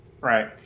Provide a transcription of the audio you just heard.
Right